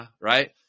right